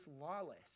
lawless